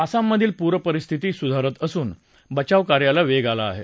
आसाममधील पूर परिस्थिती सुधारत असून बचाव कार्याला वेग आला आहे